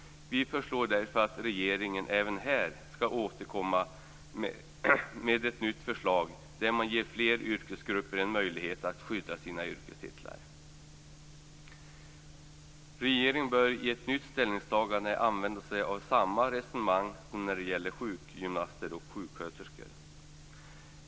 Vi föreslår därför att regeringen även här skall återkomma med ett nytt förslag där man ger fler yrkesgrupper en möjlighet att skydda sina yrkestitlar. Regeringen bör i ett nytt ställningstagande använda sig av samma resonemang som när det gäller sjukgymnaster och sjuksköterskor.